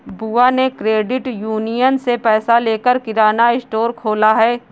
बुआ ने credit union से पैसे लेकर किराना स्टोर खोला है